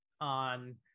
on